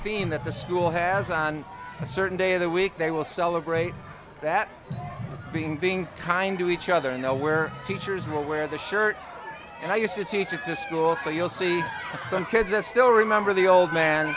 theme that the school has on a certain day of the week they will celebrate that being being kind to each other know where teachers will wear the shirt and i used to teach at the school so you'll see some kids i still remember the old man